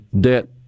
debt